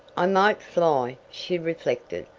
i might fly, she reflected,